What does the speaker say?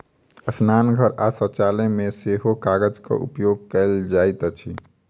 स्नानागार आ शौचालय मे सेहो कागजक उपयोग कयल जाइत अछि